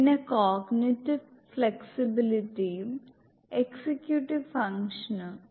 പിന്നെ കോഗ്നിറ്റീവ് ഫ്ലെക്സിബിലിറ്റിയും എക്സിക്യൂട്ടീവ് ഫംഗ്ഷനും